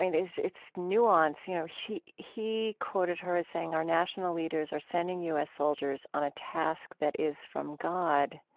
mean, its nuance. you know he he quoted her as saying, our national leaders are sending you as soldiers on a task that is from god.